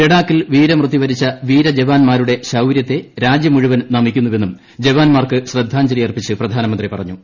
ലഡാക്കിൽ വീരമൃത്യു വരിച്ച വീരജവാൻമാരുടെ ശൌര്യത്തെ രാജ്യം മുഴുവൻ നമിക്കുന്നുവെന്നും ജവാൻമാർക്ക് ശ്രദ്ധാഞ്ജലിയർപ്പിച്ച് പ്രധാനമന്ത്രി പറഞ്ഞു